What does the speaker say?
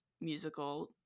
musical